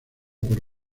por